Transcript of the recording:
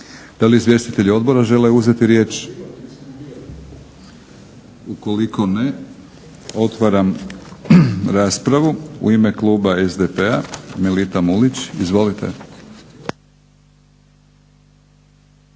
Da li izvjestitelji odbora žele uzeti riječ? Ukoliko ne otvaram raspravu. U ime kluba SDP-a Melita Mulić. Izvolite.